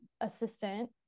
assistant